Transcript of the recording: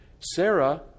Sarah